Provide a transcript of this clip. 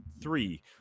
three